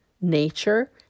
nature